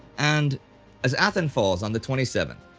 and as athens falls on the twenty seventh,